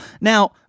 Now